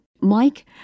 Mike